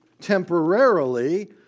temporarily